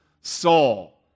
Saul